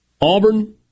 Auburn